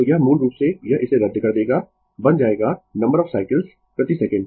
तो यह मूल रूप से यह इसे रद्द कर देगा बन जाएगा नंबर ऑफ साइकल्स प्रति सेकंड